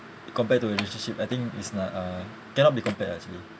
compared to relationship I think is not uh cannot be compared lah actually